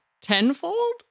Tenfold